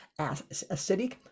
acidic